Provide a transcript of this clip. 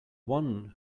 one